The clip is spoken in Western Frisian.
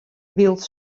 wylst